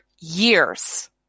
years